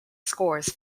scores